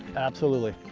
absolutely.